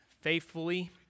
faithfully